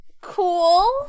cool